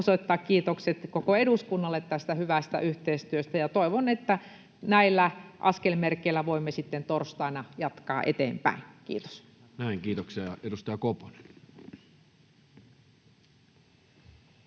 osoittaa kiitokset koko eduskunnalle tästä hyvästä yhteistyöstä, ja toivon, että näillä askelmerkeillä voimme sitten torstaina jatkaa eteenpäin. — Kiitos. [Speech 43] Speaker: Toinen